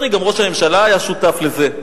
לצערי גם ראש הממשלה היה שותף לזה,